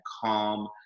calm